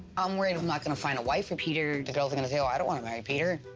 i'm worried i'm not gonna find a wife for peter. girls are gonna say, oh i don't wanna marry peter,